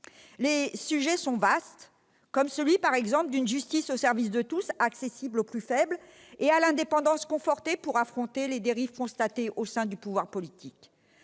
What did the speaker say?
Les sujets sont vastes, comme celui, par exemple, d'une justice au service de tous, accessible aux plus faibles et à l'indépendance confortée pour affronter les dérives constatées au sein du pouvoir politique.